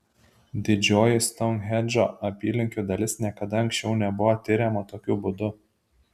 didžioji stounhendžo apylinkių dalis niekada anksčiau nebuvo tiriama tokiu būdu